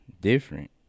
different